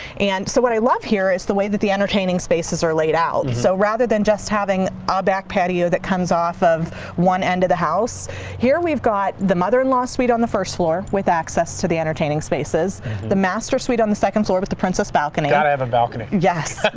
and so what i love here is the way that the entertaining spaces are laid out. so rather than just having our back patio that comes off of one end of the house here we've got the mother in law suite on the first floor with access to the entertaining spaces the master suite on the second floor with the princess balcony. got to have a balcony. yes.